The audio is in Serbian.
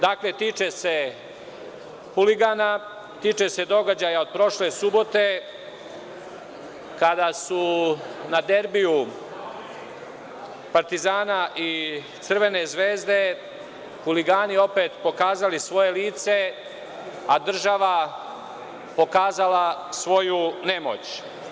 Dakle, tiče se huligana, tiče se događaja od prošle subote kada su na derbiju Partizana i Crvene Zvezde huligani opet pokazali svoje lice, a država pokazala svoju nemoć.